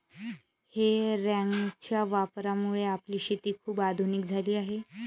हे रॅकच्या वापरामुळे आपली शेती खूप आधुनिक झाली आहे